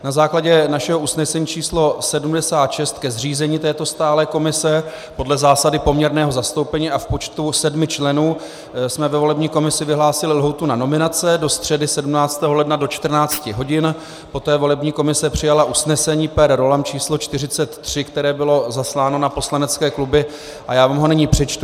Na základě našeho usnesení číslo 76 ke zřízení této stálé komise podle zásady poměrného zastoupení a v počtu sedmi členů jsme ve volební komisi vyhlásili lhůtu na nominace do středy 17. ledna do 14 hodin, poté volební komise přijala usnesení per rollam číslo 43, které bylo zasláno na poslanecké kluby, a já vám ho nyní přečtu.